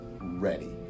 ready